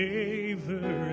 Favor